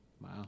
Wow